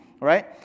right